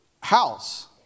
house